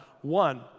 One